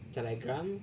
Telegram